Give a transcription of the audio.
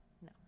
no